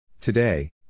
Today